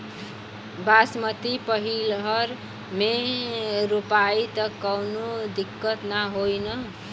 बासमती पलिहर में रोपाई त कवनो दिक्कत ना होई न?